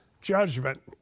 judgment